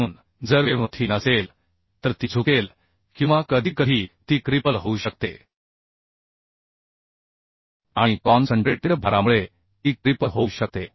म्हणून जर web thin असेल तर ती झुकेल किंवा कधीकधी ती क्रिपल होऊ शकते आणि कॉन्सन्ट्रेटेड भारामुळे ती क्रिपल होऊ शकते